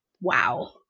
Wow